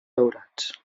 daurats